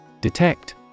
Detect